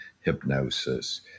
hypnosis